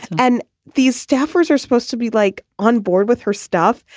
and these staffers are supposed to be like on board with her stuff.